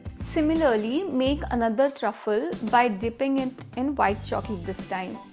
similarly make another truffle by dipping it in white chocolate this time.